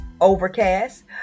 Overcast